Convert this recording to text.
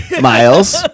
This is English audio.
miles